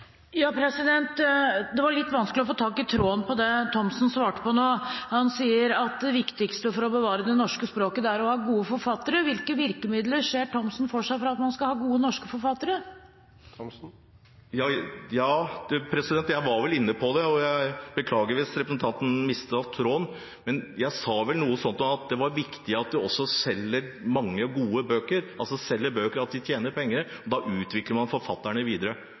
Det var litt vanskelig å få tak i tråden i det Thomsen svarte nå. Han sier at det viktigste for å bevare det norske språket er å ha gode forfattere. Hvilke virkemidler ser Thomsen for seg for at man skal ha gode norske forfattere? Ja, jeg var vel inne på det. Jeg beklager hvis representanten mistet tråden, men jeg sa vel noe sånt som at det var viktig at de også selger mange gode bøker, altså selger bøker, at de tjener penger. Da utvikler man forfatterne videre.